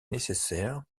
nécessaire